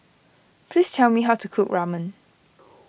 please tell me how to cook Ramen